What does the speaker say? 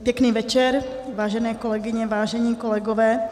Pěkný večer, vážené kolegyně, vážení kolegové.